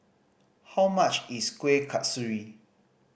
how much is Kueh Kasturi